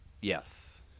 yes